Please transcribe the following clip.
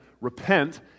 repent